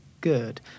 good